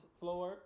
floor